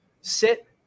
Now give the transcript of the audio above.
sit